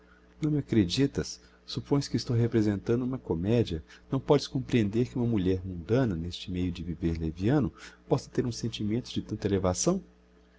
não me acreditas suppões que estou representando uma comedia não podes comprehender que uma mulher mundana n'este meio de viver leviano possa ter uns sentimentos de tanta elevação